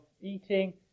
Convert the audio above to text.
eating